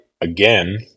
again